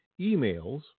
emails